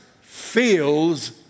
feels